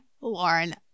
Lauren